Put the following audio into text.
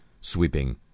sweeping